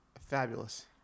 Fabulous